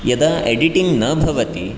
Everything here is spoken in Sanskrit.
यदा एडिटिङ्ग् न भवति